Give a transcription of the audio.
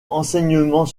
enseignement